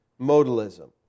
modalism